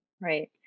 Right